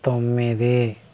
తొమ్మిది